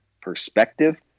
PERSPECTIVE